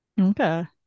Okay